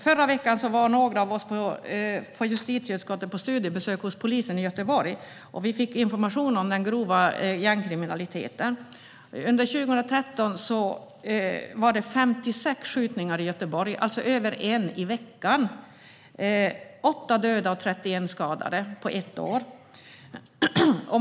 Förra veckan var några av oss från justitieutskottet på studiebesök hos polisen i Göteborg och fick information om den grova gängkriminaliteten. Under 2013 var det 56 skjutningar i Göteborg, alltså mer en i veckan. Det var åtta döda och 31 skadade på ett år.